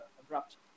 abrupt